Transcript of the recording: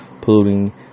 polluting